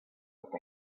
with